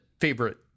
favorite